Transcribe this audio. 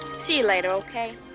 see you later, okay?